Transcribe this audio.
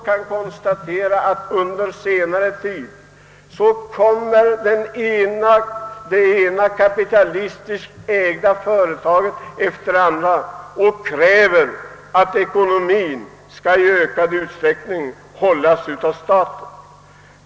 Vi har under senare tid också kunnat konstatera att det ena kapitalistiskt ägda företaget efter det andra krävt ekonomiskt stöd i ökad utsträckning från staten.